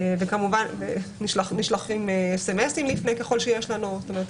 כמובן נשלחים סמסים לפני, ככל שיש לנו אפשרות.